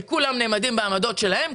כולם נעמדים בעמדות שלהם,